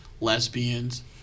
lesbians